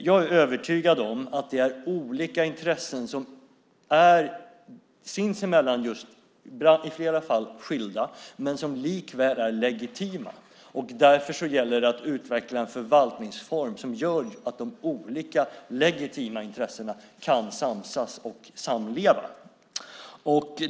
Jag är övertygad om att det är olika intressen som sinsemellan i flera fall är skilda men som likväl är legitima. Därför gäller det att utveckla en förvaltningsform som gör att de olika legitima intressena kan samsas och samleva.